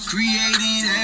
Created